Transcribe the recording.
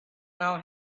now